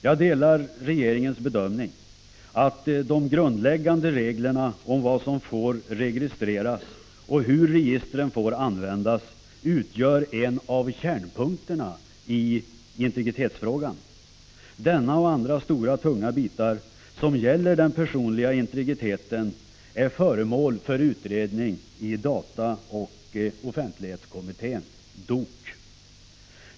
Jag delar regeringens bedömning att de grundläggande reglerna om vad som får registreras och hur registren får användas utgör en av kärnpunkterna i integritetsfrågan. Denna och andra stora tunga bitar som gäller den personliga integriteten är föremål för utredning i dataoch offentlighetskommittén .